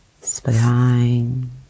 Spine